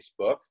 Facebook